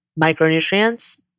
micronutrients